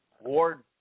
Ward